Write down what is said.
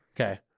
okay